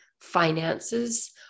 finances